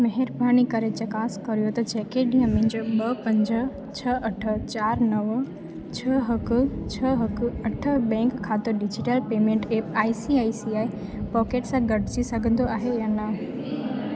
महिरबानी करे चकास करियो त जेकॾहिं मुंहिंजो ॿ पंज छह अठ चारि नव छह हिकु छह हिकु अठ बैंक खातो digital payment app I C I C I Pockets सां ॻंढिजी सघंदो आहे या न